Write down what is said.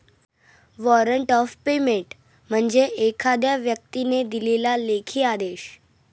warrant of payment म्हणजे एखाद्या व्यक्तीने दिलेला लेखी आदेश